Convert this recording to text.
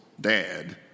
dad